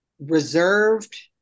reserved